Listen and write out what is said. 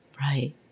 Right